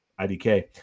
IDK